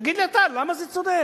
תגיד לי אתה למה זה צודק.